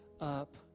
up